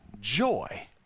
joy